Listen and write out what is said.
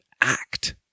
act